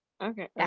okay